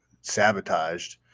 sabotaged